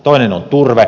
toinen on turve